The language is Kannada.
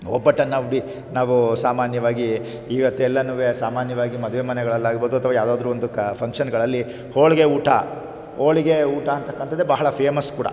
ಒಬ್ಬಟ್ಟನ್ನು ನಾವು ನಾವು ಸಾಮಾನ್ಯವಾಗಿ ಇವತ್ತೆಲ್ಲನೂ ಸಾಮಾನ್ಯವಾಗಿ ಮದುವೆ ಮನೆಗಳಲ್ಲಾಗ್ಬೋದು ಅಥ್ವಾ ಯಾವುದಾದ್ರೂ ಒಂದು ಕಾ ಫಂಕ್ಷನ್ಗಳಲ್ಲಿ ಹೋಳಿಗೆ ಊಟ ಹೋಳಿಗೆ ಊಟ ಅಂತಕ್ಕಂಥದ್ದೇ ಬಹಳ ಫೇಮಸ್ ಕೂಡ